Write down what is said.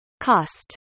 Cost